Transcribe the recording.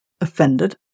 offended